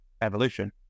evolution